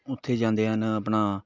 ਉੱਥੇ ਜਾਂਦੇ ਹਨ ਆਪਣਾ